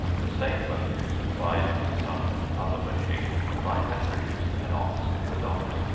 the same motives applied to some other machine might have produced an opposite result,